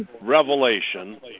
revelation